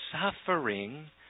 suffering